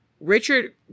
richard